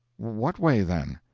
what way, then?